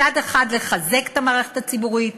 מצד אחד לחזק את המערכת הציבורית,